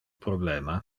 problema